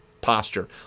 posture